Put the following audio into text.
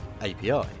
api